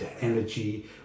energy